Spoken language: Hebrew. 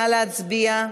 נא להצביע.